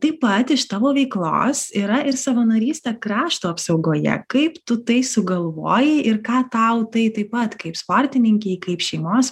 taip pat iš tavo veiklos yra ir savanorystė krašto apsaugoje kaip tu tai sugalvojai ir ką tau tai taip pat kaip sportininkei kaip šeimos